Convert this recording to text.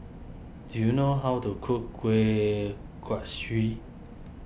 do you know how to cook Kuih Kaswi